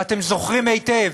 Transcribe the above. בבית הזה, ואתם זוכרים היטב